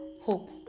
Hope